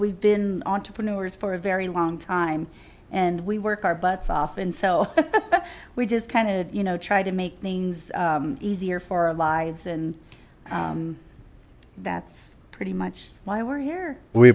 we've been entrepreneurs for a very long time and we work our butts off and so we just kind of you know try to make things easier for our lives and that's pretty much why we're here we